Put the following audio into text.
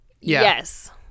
Yes